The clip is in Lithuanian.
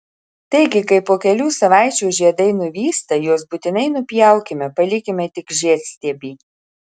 taigi kai po kelių savaičių žiedai nuvysta juos būtinai nupjaukime palikime tik žiedstiebį